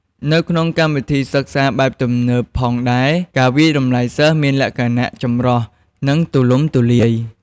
នៅក្នុងកម្មវិធីសិក្សាបែបទំនើបផងដែរ ការវាយតម្លៃសិស្ស មានលក្ខណៈ ចម្រុះ និងទូលំទូលាយ។